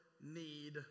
need